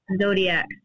Zodiac